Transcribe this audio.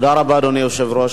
תודה רבה, אדוני היושב-ראש.